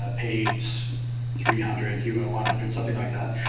ah paid three hundred, you owe one hundred, something like that.